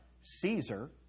Caesar